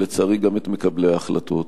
ולצערי גם את מקבלי ההחלטות.